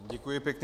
Děkuji pěkně.